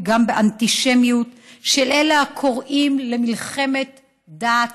גם באנטישמיות של אלה הקוראים למלחמת דת,